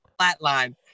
flatline